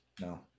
no